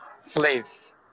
Slaves